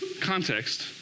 context